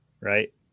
right